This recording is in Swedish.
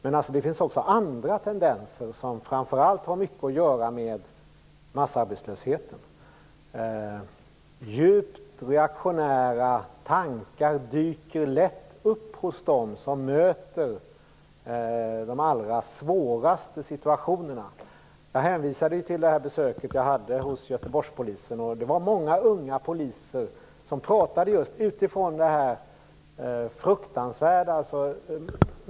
Men det finns också andra tendenser. Det har framför allt mycket att göra med massarbetslösheten. Djupt reaktionära tankar dyker lätt upp hos dem som möter de allra svåraste situationerna. Jag hänvisade ju till det besök jag gjorde hos Göteborgspolisen. Det var många unga poliser som pratade just utifrån det fruktansvärda som sker.